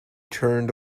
turned